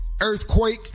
Earthquake